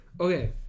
Okay